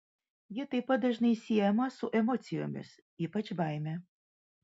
ji taip pat dažnai siejama su emocijomis ypač baime